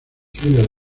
civiles